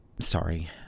Sorry